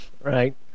right